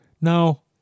Now